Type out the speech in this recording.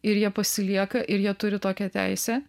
ir jie pasilieka ir jie turi tokią teisę